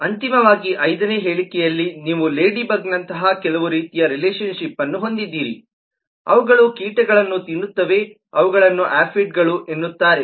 ಅಂತಿಮವಾಗಿ ಐದನೇ ಹೇಳಿಕೆಯಲ್ಲಿ ನೀವು ಲೇಡಿಬಗ್ ನಂತಹ ಕೆಲವು ರೀತಿಯ ರಿಲೇಶನ್ ಶಿಪ್ಅನ್ನು ಹೊಂದಿದ್ದೀರಿ ಅವುಗಳು ಕೀಟಗಳನ್ನು ತಿನ್ನುತ್ತವೆ ಅವುಗಳನ್ನು ಆಫಿಡ್ಗಳು ಎನ್ನುತ್ತಾರೆ